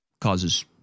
causes